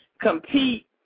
compete